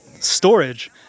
storage